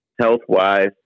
health-wise